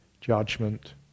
judgment